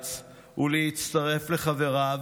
לארץ ולהצטרף לחבריו.